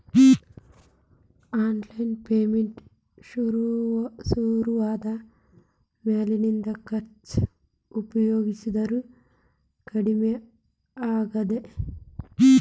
online payment ಶುರುವಾದ ಮ್ಯಾಲಿಂದ cheque ಉಪಯೊಗಸೋದ ಕಡಮಿ ಆಗೇದ